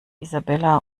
isabella